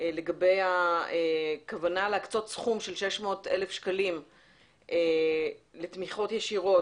לגבי הכוונה להקצות סכום של 600,000 שקלים לתמיכות ישירות.